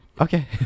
Okay